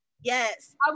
yes